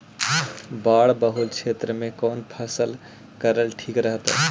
बाढ़ बहुल क्षेत्र में कौन फसल करल ठीक रहतइ?